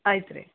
ಆಯ್ತು ರೀ